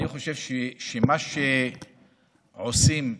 אני חושב שמה שעושים לאסירים,